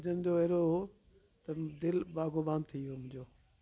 भॼन जो अहिड़ो हुओ त दिलि बाग़बान थी वियो मुंहिंजो